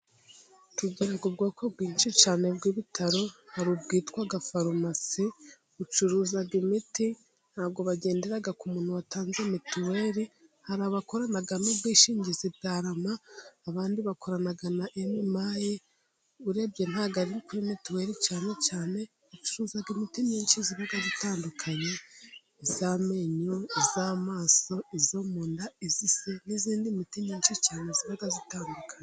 Tugira ubwoko bwinshi cyane bw'ibitaro, hari ubwitwa farumasi, bucuruza imiti ntabwo bagendera ku muntu watanze mituweri. Hari abakorana n'ubwishingizi bwa Rama, abandi bakorana na Emumaye, urebye ntabwo ari kuri mituweri cyane cyane. Bacuruza imiti myinshi iba itandukanye: iy'amenyo, iy'amaso, iyo munda, iy'ise, n'indi miti myinshi cyane iba itandukanye